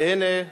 והנה,